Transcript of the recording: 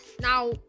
now